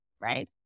right